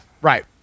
right